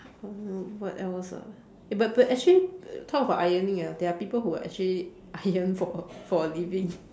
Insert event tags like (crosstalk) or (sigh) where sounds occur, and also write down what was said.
um what else ah eh but but actually talk about ironing ah they are people who actually iron (laughs) for a for a living